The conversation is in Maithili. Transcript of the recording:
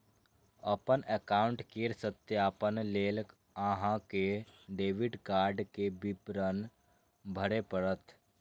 अपन एकाउंट केर सत्यापन लेल अहां कें डेबिट कार्ड के विवरण भरय पड़त